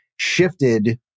shifted